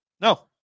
No